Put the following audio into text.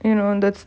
you know that's